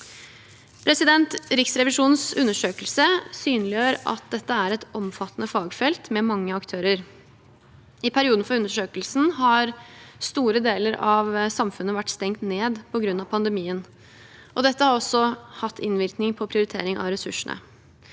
Riksrevisjonens undersøkelse synliggjør at dette er et omfattende fagfelt med mange aktører. I perioden for undersøkelsen har store deler av samfunnet vært stengt ned på grunn av pandemien. Dette har også hatt innvirkning på prioritering av ressursene.